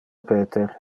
peter